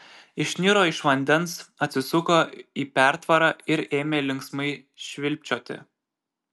išniro iš vandens atsisuko į pertvarą ir ėmė linksmai švilpčioti